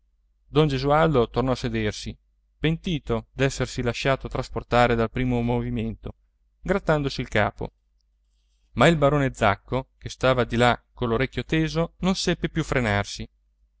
don gesualdo tornò a sedersi pentito d'essersi lasciato trasportare dal primo movimento grattandosi il capo ma il barone zacco che stava di là coll'orecchio teso non seppe più frenarsi